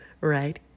right